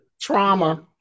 Trauma